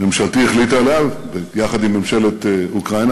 שממשלתי החליטה עליה יחד עם ממשלת אוקראינה,